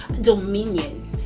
dominion